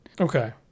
Okay